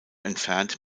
entfernt